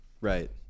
Right